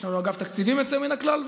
יש לנו אגף תקציבים יוצא מן הכלל,